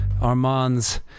Armand's